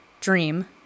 dream